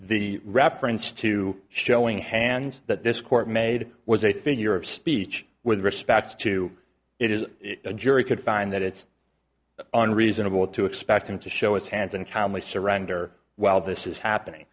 the reference to showing hands that this court made was a figure of speech with respect to it is a jury could find that it's and reasonable to expect him to show his hands and calmly surrender while this is happening